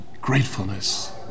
Gratefulness